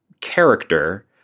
character